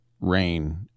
rain